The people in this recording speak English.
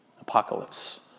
apocalypse